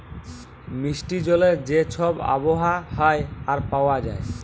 মিষ্টি জলের যে ছব আবহাওয়া হ্যয় আর পাউয়া যায়